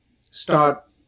start